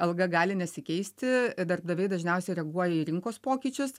alga gali nesikeisti darbdaviai dažniausiai reaguoja į rinkos pokyčius